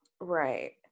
Right